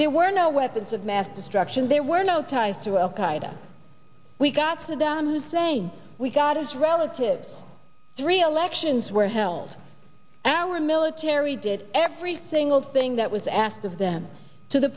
there were no weapons of mass destruction there were no ties to al qaida we got saddam hussein we got his relatives three elections were held our military did every single thing that was asked of them to the